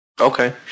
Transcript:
Okay